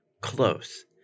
Close